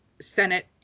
Senate